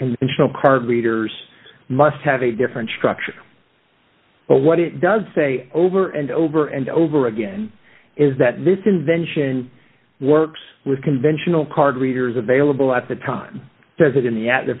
conventional card readers must have a different structure but what it does say over and over and over again is that this invention works with conventional card readers available at the time does it in the